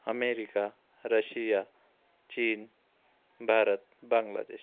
America Russia चीन भारत बांगलादेश